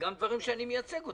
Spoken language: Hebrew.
גם דברים שאני מייצג אותם,